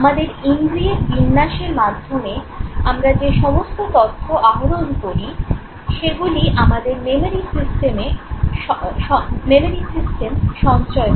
আমাদের ইন্দ্রিয়ের বিন্যাসের মাধ্যমে আমরা যে সমস্ত তথ্য আহরণ করি সেগুলি আমাদের "মেমোরি সিস্টেম" সঞ্চয় করে